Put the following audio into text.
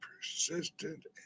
persistent